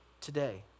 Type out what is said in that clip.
today